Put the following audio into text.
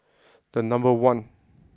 the number one